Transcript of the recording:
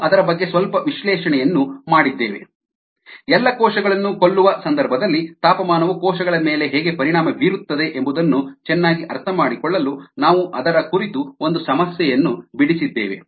ನಾವು ಅದರ ಬಗ್ಗೆ ಸ್ವಲ್ಪ ವಿಶ್ಲೇಷಣೆಯನ್ನು ಮಾಡಿದ್ದೇವೆ ಎಲ್ಲಾ ಕೋಶಗಳನ್ನು ಕೊಲ್ಲುವ ಸಂದರ್ಭದಲ್ಲಿ ತಾಪಮಾನವು ಕೋಶಗಳ ಮೇಲೆ ಹೇಗೆ ಪರಿಣಾಮ ಬೀರುತ್ತದೆ ಎಂಬುದನ್ನು ಚೆನ್ನಾಗಿ ಅರ್ಥಮಾಡಿಕೊಳ್ಳಲು ನಾವು ಅದರ ಕುರಿತು ಒಂದು ಸಮಸ್ಯೆಯನ್ನು ಬಿಡಿಸಿದ್ದೇವೆ